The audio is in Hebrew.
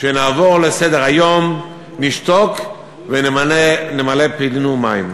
שנעבור לסדר-היום, נשתוק ונמלא פינו מים.